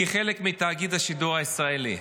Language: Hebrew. כחלק מתאגיד השידור הישראלי.